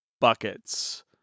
buckets